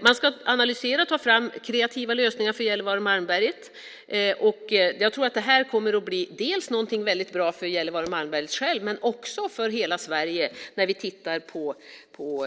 Man ska analysera och ta fram kreativa lösningar för Gällivare och Malmberget. Det kommer att bli bra för Gällivare och Malmberget men också för hela Sverige när vi tittar på